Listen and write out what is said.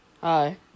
Hi